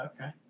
Okay